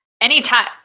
anytime